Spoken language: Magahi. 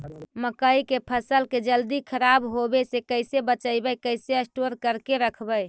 मकइ के फ़सल के जल्दी खराब होबे से कैसे बचइबै कैसे स्टोर करके रखबै?